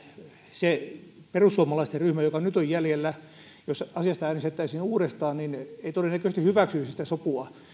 se perussuomalaisten ryhmä joka nyt on jäljellä jos asiasta äänestettäisiin uudestaan ei todennäköisesti hyväksyisi sitä sopua